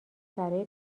برای